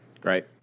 Great